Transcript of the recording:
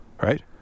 Right